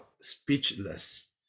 speechless